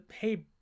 hey